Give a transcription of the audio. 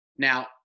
Now